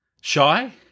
Shy